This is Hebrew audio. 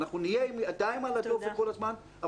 אנחנו נהיה עם ידיים על הדופק כל הזמן,